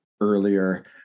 earlier